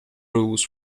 rules